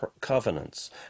covenants